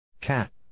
Cat